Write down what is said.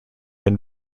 been